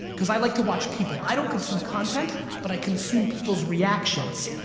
cause i like to watch people. i don't consume content but i consume people's reactions.